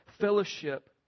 Fellowship